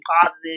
positive